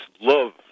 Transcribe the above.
love